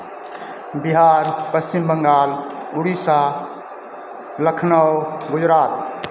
Bihar Paschim Bangal Orissa Lucknow Gujarat